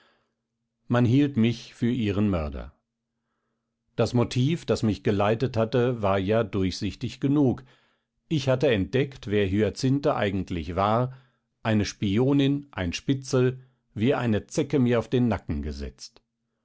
man hielt mich für ihren mörder das motiv das mich geleitet hatte war ja durchsichtig genug ich hatte entdeckt wer hyacinthe eigentlich war eine spionin ein spitzel wie eine zecke mir auf den nacken gesetzt